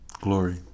Glory